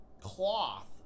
cloth